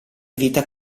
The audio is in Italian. vita